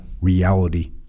reality